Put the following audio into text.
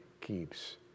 keeps